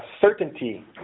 certainty